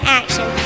action